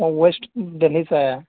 waste Delhi سے آیا ہے